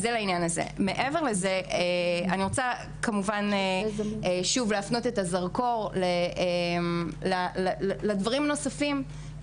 מעבר לזה אני רוצה להפנות את הזרקור לדברים נוספים,